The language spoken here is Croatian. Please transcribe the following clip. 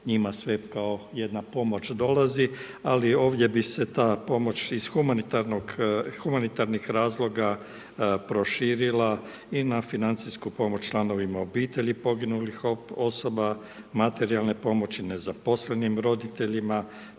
njima sve kao jedna pomoć dolazi, ali ovdje bi se ta pomoć iz humanitarnih razloga proširila i na financijsku pomoć članovima obitelji poginulih osoba, materijalne pomoći nezaposlenim roditeljima,